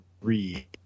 three